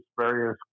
various